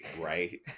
Right